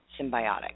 symbiotic